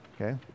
okay